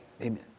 Amen